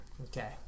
Okay